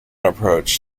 approach